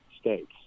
states